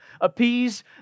appease